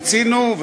מיצינו,